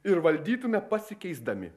ir valdytume pasikeisdami